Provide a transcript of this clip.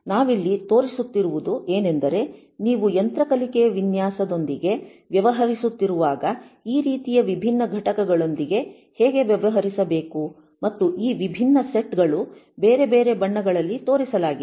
ನಾವಿಲ್ಲಿ ತೋರಿಸುತ್ತಿರುವುದು ಏನೆಂದರೆ ನೀವು ಯಂತ್ರ ಕಲಿಕೆಯ ವಿನ್ಯಾಸ ದೊಂದಿಗೆ ವ್ಯವಹರಿಸುತ್ತಿರುವಾಗ ಈ ರೀತಿಯ ವಿಭಿನ್ನ ಘಟಕಗಳೊಂದಿಗೆ ಹೇಗೆ ವ್ಯವಹರಿಸಬೇಕು ಮತ್ತು ಈ ವಿಭಿನ್ನ ಸೆಟ್ ಗಳು ಬೇರೆ ಬೇರೆ ಬಣ್ಣಗಳಲ್ಲಿ ತೋರಿಸಲಾಗಿದೆ